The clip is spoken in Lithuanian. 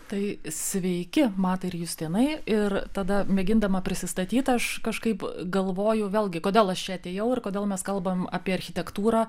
tai sveiki matai ir justinai ir tada mėgindama prisistatyt aš kažkaip galvoju vėlgi kodėl aš čia atėjau ir kodėl mes kalbam apie architektūrą